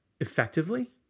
effectively